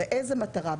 לאיזו מטרה,